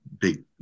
big